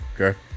okay